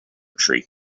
tree